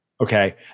okay